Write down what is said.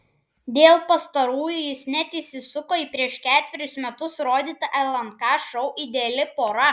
dėl pastarųjų jis net įsisuko į prieš ketverius metus rodytą lnk šou ideali pora